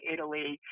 Italy